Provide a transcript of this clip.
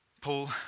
Paul